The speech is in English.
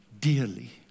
dearly